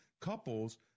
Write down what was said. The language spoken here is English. couples